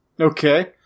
Okay